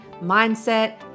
mindset